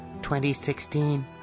2016